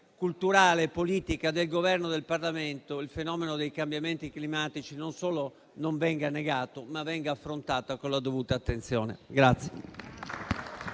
culturale e politica del Governo e del Parlamento il fenomeno dei cambiamenti climatici non solo non venga negato, ma venga affrontato con la dovuta attenzione.